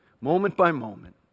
moment-by-moment